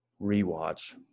rewatch